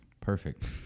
Perfect